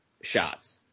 shots